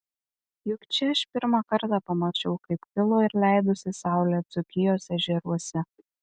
juk čia aš pirmą kartą pamačiau kaip kilo ir leidosi saulė dzūkijos ežeruose